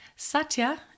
Satya